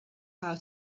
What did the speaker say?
how